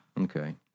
Okay